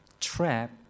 trap